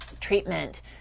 treatment